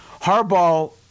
Harbaugh